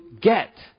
get